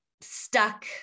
stuck